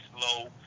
slow